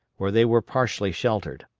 where they were partially sheltered.